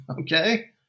Okay